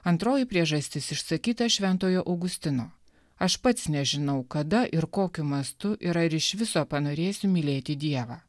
antroji priežastis išsakyta šv augustino aš pats nežinau kada ir kokiu mastu ir ar iš viso panorėsiu mylėti dievą